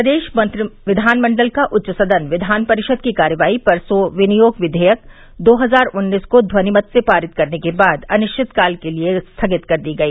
प्रदेश विधानमंडल का उच्च सदन विधान परिषद की कार्यवाही परसों विनियोग विधेयक दो हजार उन्नीस को ध्वनि मत से पारित करने के बाद अनिश्चितकाल के लिये स्थगित कर दी गई